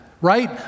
right